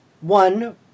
One